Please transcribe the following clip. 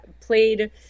played